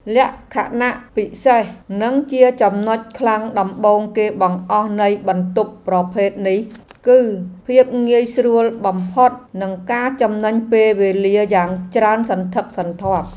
លក្ខណៈពិសេសនិងជាចំណុចខ្លាំងដំបូងគេបង្អស់នៃបន្ទប់ប្រភេទនេះ គឺភាពងាយស្រួលបំផុតនិងការចំណេញពេលវេលាយ៉ាងច្រើនសន្ធឹកសន្ធាប់។